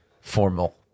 formal